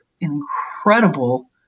incredible